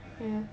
alright